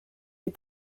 les